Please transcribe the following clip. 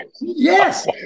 Yes